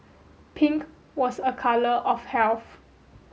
pink was a colour of health